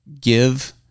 give